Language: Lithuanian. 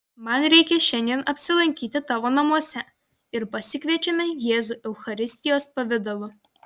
man reikia šiandien apsilankyti tavo namuose ir pasikviečiame jėzų eucharistijos pavidalu